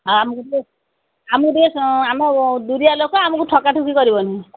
ହ ଆମକୁ ଟିକେ ଆମକୁ ଟିକେ ଆମ ଦୂରିଆ ଲୋକ ଆମକୁ ଠକାଠକି କରିବନି